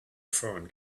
foreign